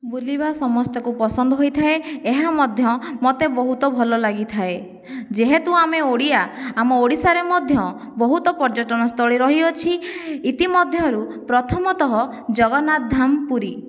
ବୁଲିବା ସମସ୍ତଙ୍କୁ ପସନ୍ଦ ହୋଇଥାଏ ଏହା ମଧ୍ୟ ମୋତେ ବହୁତ ଭଲଲାଗିଥାଏ ଯେହେତୁ ଆମେ ଓଡ଼ିଆ ଆମ ଓଡ଼ିଶାରେ ମଧ୍ୟ ବହୁତ ପର୍ଯ୍ୟଟନସ୍ଥଳୀ ରହିଅଛି ଇତି ମଧ୍ୟରୁ ପ୍ରଥମତଃ ଜଗନ୍ନାଥ ଧାମ ପୁରୀ